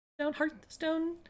Hearthstone